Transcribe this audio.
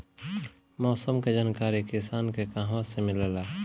मौसम के जानकारी किसान के कहवा से मिलेला?